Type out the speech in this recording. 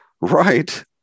right